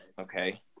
Okay